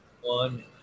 one